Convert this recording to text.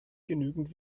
genügend